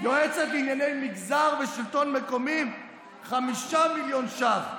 ח'טיב יאסין לוקחת יועצת לענייני מגזר ושלטון מקומי 5 מיליון שקלים.